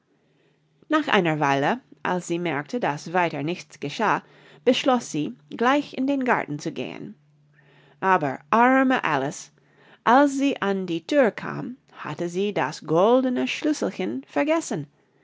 nach einer weile als sie merkte daß weiter nichts geschah beschloß sie gleich in den garten zu gehen aber arme alice als sie an die thür kam hatte sie das goldene schlüsselchen vergessen